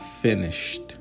finished